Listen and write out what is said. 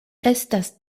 estas